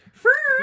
first